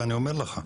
ואני אומר לך,